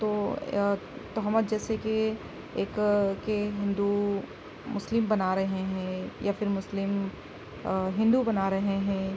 تو تہمت جیسے کہ ایک کہ ہندو مسلم بنا رہے ہیں یا پھر مسلم ہندو بنا رہے ہیں